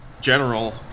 general